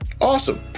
Awesome